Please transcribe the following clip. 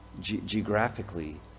geographically